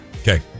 Okay